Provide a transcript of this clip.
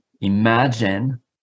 imagine